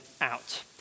out